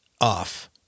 off